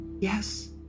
Yes